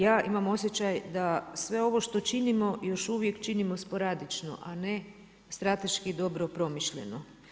Ja imam osjećaj da sve ono što činimo još uvijek činimo sporadično, a ne strateški dobro promišljeno.